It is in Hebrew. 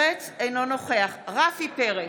נוכח רפי פרץ,